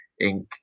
ink